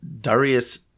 Darius